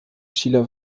schüler